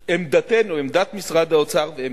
עמדתנו, עמדת משרד האוצר ועמדתי,